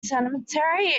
cemetery